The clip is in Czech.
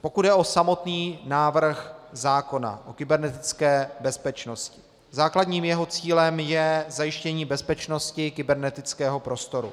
Pokud jde o samotný návrh zákona o kybernetické bezpečnosti, základním jeho cílem je zajištění bezpečnosti kybernetického prostoru.